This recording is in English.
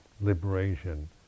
liberation